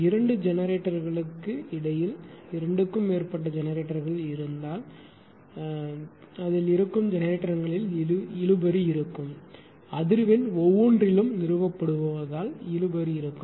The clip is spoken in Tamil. இரண்டு ஜெனரேட்டர்களுக்கு இடையில் இரண்டுக்கும் மேற்பட்ட ஜெனரேட்டர்கள் இருந்தால் இருக்கும் ஜெனரேட்டர்களில் இழுபறி இருக்கும் அதிர்வெண் ஒவ்வொன்றிலும் நிறுவப்படுவதால் இழுபறி இருக்கும்